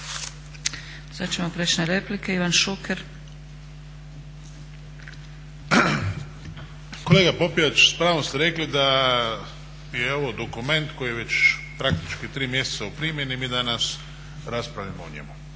Sad ćemo preći na replike. Ivan Šuker. **Šuker, Ivan (HDZ)** Kolega Popijač, s pravom ste rekli da ovo dokument koji je već praktički 3 mjeseca u primjeni, mi danas raspravljamo o njemu.